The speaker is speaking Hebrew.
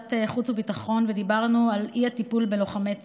חוץ וביטחון ודיברנו על האי-טיפול בלוחמי צה"ל.